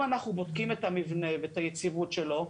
אנחנו בודקים את המבנה ואת היציבות שלו,